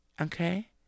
okay